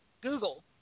Google